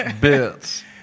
Bits